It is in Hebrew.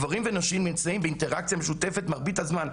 גברים ונשים נמצאים באינטראקציה משותפת מרבית הזמן,